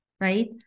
right